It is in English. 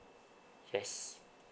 yes